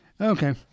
Okay